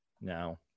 now